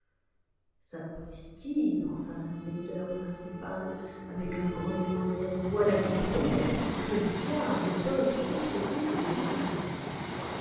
sapristi pensa l'inspecteur principal avec un grognement d'aise voilà qui promet que diable peuvent comploter ces deux clients là